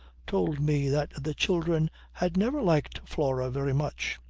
told me that the children had never liked flora very much.